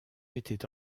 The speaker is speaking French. était